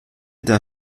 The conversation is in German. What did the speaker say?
der